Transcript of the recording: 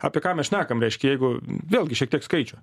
apie ką mes šnekam reiškia jeigu vėlgi šiek tiek skaičių